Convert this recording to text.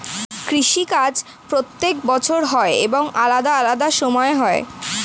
কৃষি কাজ প্রত্যেক বছর হয় এবং আলাদা আলাদা সময় হয়